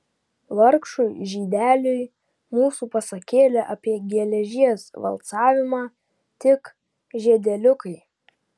vargšui žydeliui mūsų pasakėlė apie geležies valcavimą tik žiedeliukai